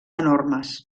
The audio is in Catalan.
enormes